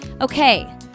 Okay